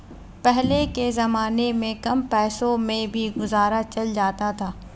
पहले के जमाने में कम पैसों में भी गुजारा चल जाता था